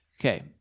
Okay